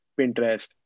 Pinterest